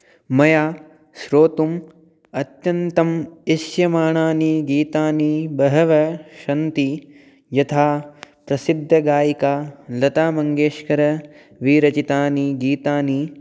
मया श्रोतुं अत्यन्तं इष्यमाणानि गीतानि बहवः सन्ति यथा प्रसिद्धगायिका लतामङ्गेशकरविरचितानि गीतानि